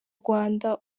rwanda